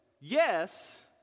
yes